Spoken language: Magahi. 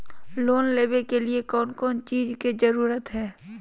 लोन लेबे के लिए कौन कौन चीज के जरूरत है?